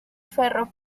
ferro